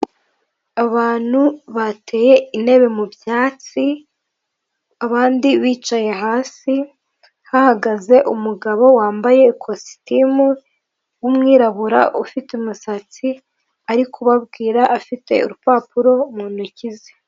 Abantu bateye intebe mu byatsi abandi bicaye hasi hahagaze umugabo wambaye ikositimu w'umwirabura ufite umusatsi ari kubabwira afite urupapuro mu ntoki ze.